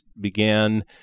began